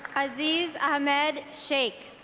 aziz ahamad shaik